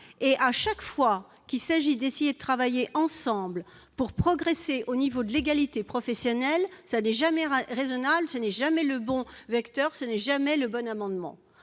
À chaque fois qu'il s'agit d'essayer de travailler ensemble pour progresser en termes d'égalité professionnelle, ce n'est jamais raisonnable, ce n'est jamais le bon vecteur, ce n'est jamais le bon amendement.